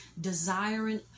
desiring